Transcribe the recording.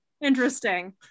Interesting